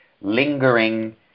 lingering